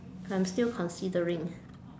I'm still considering